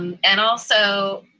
and and also